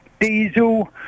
diesel